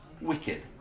wicked